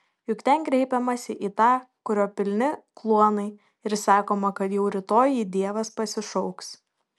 juk ten kreipiamasi į tą kurio pilni kluonai ir sakoma kad jau rytoj jį dievas pasišauks